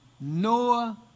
Noah